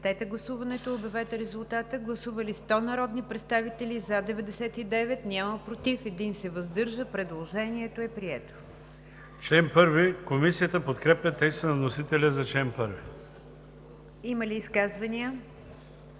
Комисията подкрепя текста на вносителя за чл. 3.